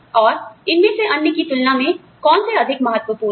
और इनमें से अन्य की तुलना में कौन से अधिक महत्वपूर्ण है